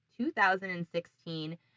2016